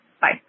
Bye